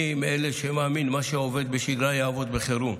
אני מאלה שמאמינים שמה שעובד בשגרה יעבוד בחירום,